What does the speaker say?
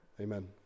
Amen